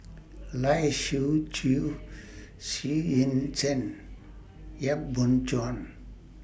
Lai Siu Chiu Xu Yuan Zhen Yap Boon Chuan